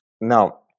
Now